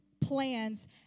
plans